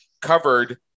covered